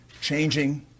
changing